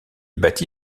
bâti